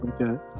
Okay